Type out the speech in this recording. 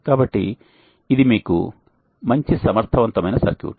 కాబట్టి ఇది మీకు మంచి సమర్థవంతమైన సర్క్యూట్